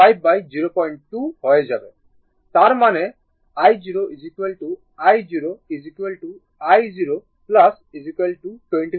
তার মানে i0 i0 i0 25 ampere